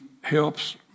helps